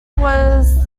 was